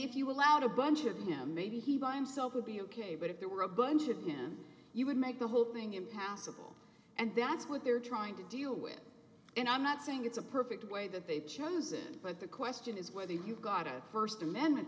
if you allowed a bunch of him maybe he by himself would be ok but if there were a bunch of him you would make the whole thing impassable and that's what they're trying to deal with and i'm not saying it's a perfect way that they've chosen but the question is whether you've got a first amendment